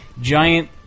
giant